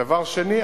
דבר שני,